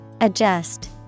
Adjust